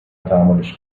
تحملش